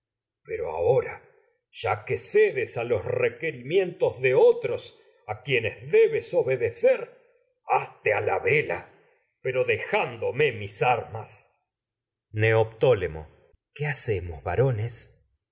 a ahora ya que cedes a los a quienes debes obedecer mis armas hazte la vela pero deján dome neoptólemo ulises qué hacemos varones